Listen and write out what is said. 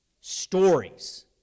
stories